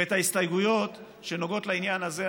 ואת ההסתייגויות שנוגעות לעניין הזה,